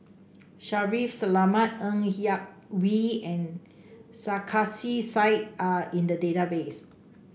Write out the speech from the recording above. Shaffiq Selamat Ng Yak Whee and Sarkasi Said are in the database